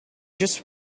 just